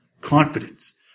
Confidence